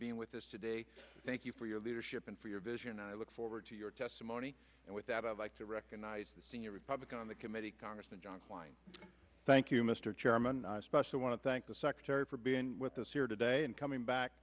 being with us today thank you for your leadership and for your vision and i look forward to your testimony and with that i'd like to recognize the senior republican on the committee congressman john kline thank you mr chairman especially want to thank the secretary for being with us here today and coming back